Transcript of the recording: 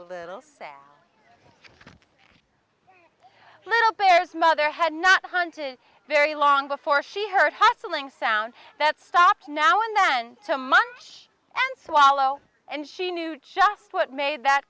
a little sad little bears mother had not hunted very long before she heard hustling sound that stopped now and then to munch and swallow and she knew just what made that